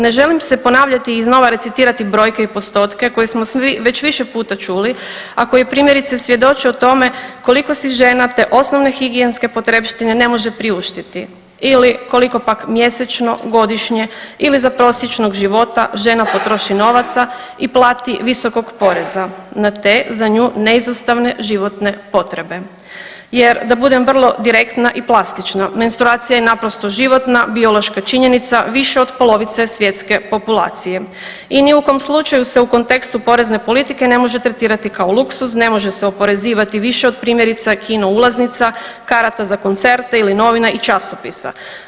Ne želim se ponavljati i iznova recitirati brojke i postotke koje smo svi već više puta čuli, a koje primjerice, svjedoče o tome koliko si žena te osnovne higijenske potrepštine ne može priuštiti ili koliko pak mjesečno, godišnje ili za prosječnog života žena potroši novaca i plati visokog poreza na te, za nju, neizostavne životne potrebe jer, da budem vrlo direktna i plastična, menstruacija je naprosto životna biološka činjenica više od polovice svjetske populacije i ni u kom slučaju se u kontekstu porezne politike ne može tretirati kao luksuz, ne može se oporezivati više od, primjerice, kino-ulaznica, karata za koncerte ili novine i časopisa.